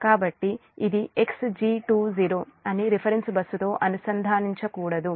కాబట్టి ఇది Xg20 అని రిఫరెన్స్ బస్సుతో అనుసంధానించకూడదు